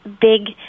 big